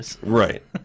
Right